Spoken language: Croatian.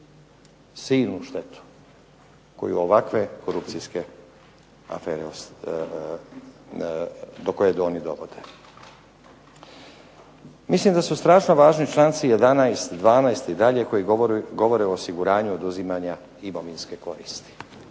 silnu štetu koju ovakve korupcijske afere, do koje oni dovode. Mislim da su strašno važni članci 11., 12. i dalje koji govore o osiguranju oduzimanja imovinske koriste,